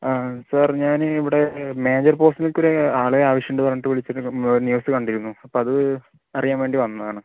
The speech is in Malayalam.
ആ സർ ഞാൻ ഇവിടെ മേജർ പോസ്റ്റിലേക്ക് ഒരു ആളെ ആവശ്യമുണ്ടെന്ന് പറഞ്ഞിട്ട് വിളിച്ചിട്ടുണ്ട് ന്യൂസ് കണ്ടിരുന്നു അപ്പം അത് അറിയാൻ വേണ്ടി വന്നതാണ്